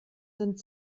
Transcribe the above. sind